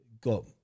got